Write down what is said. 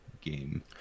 game